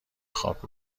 خاک